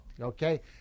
Okay